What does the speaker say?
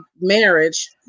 marriage